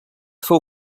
fou